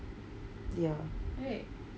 ya